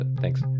thanks